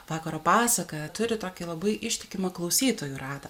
vakaro pasaką turi tokią labai ištikimą klausytojų ratą